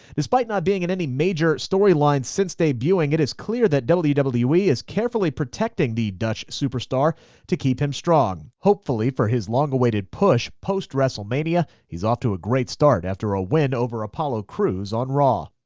despite not being in any major storylines since debuting, it's clear that wwe wwe is carefully protecting the dutch superstar to keep him strong. hopefully for his long-awaited push post-wrestlemania is off to a great start after a win over apollo crews on raw.